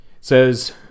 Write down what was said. says